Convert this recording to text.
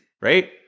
right